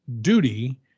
duty